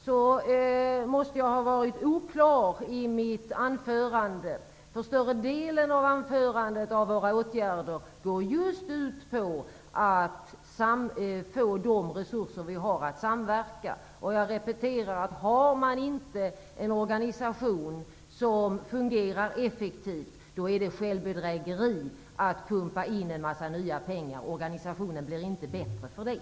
Jag måste ha varit oklar i mitt anförande. Större delen av åtgärderna går ut på att få de resurser som finns att samverka. Jag repeterar: Har man inte en organisation som fungerar effektivt, är det självbedrägeri att pumpa in en massa nya pengar. Organisationen blir inte bättre för det.